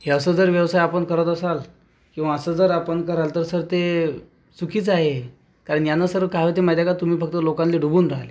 हे असं जर व्यवसाय आपण करत असाल किंवा असं जर आपण कराल तर सर ते चुकीचं आहे कारण यानं सर काय होतं माहीत आहे का तुम्ही फक्त लोकांले डुबून राहिले